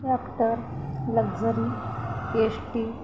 tractor luxury S T